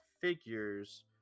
figures